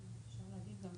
אני רוצה להגיד לכם